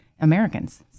Americans